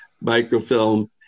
microfilm